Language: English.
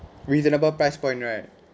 reasonable price point right